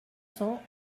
cents